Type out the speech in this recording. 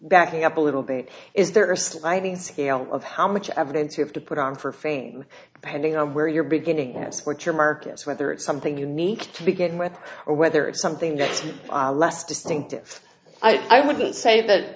backing up a little bit is there a sliding scale of how much evidence you have to put on for fame depending on where you're beginning what your market is whether it's something unique to begin with or whether it's something that's less distinctive i wouldn't say that